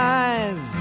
eyes